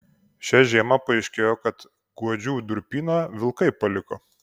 šią žiemą paaiškėjo kad guodžių durpyną vilkai paliko